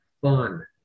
fun